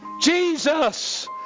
Jesus